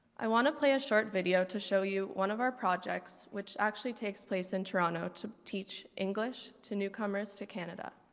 i want to play a short video to show you one of our projects which actually takes place in toronto to teach english to newcomers to canada.